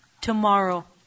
tomorrow